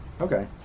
Okay